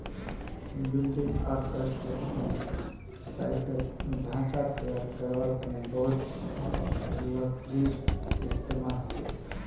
building आर construction साइटत ढांचा तैयार करवार तने बहुत लकड़ीर इस्तेमाल हछेक